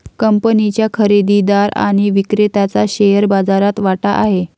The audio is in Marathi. कंपनीच्या खरेदीदार आणि विक्रेत्याचा शेअर बाजारात वाटा आहे